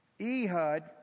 Ehud